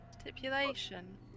Stipulation